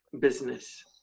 business